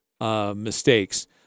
mistakes